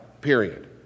period